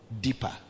deeper